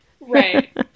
Right